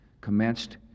commenced